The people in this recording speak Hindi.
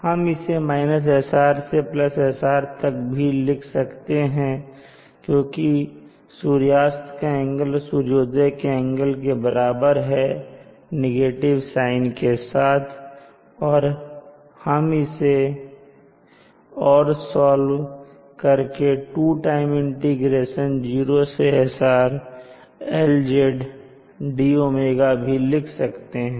हम इसे SR से SR तक भी लिख सकते हैं क्योंकि सूर्यास्त का एंगल सूर्योदय के एंगल के बराबर है नेगेटिव साइन के साथ और हम इसे और सॉल्व करके 2 टाइम्स इंटीग्रेशन 0 से SR LZ d𝝎 भी लिख सकते हैं